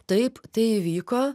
taip tai įvyko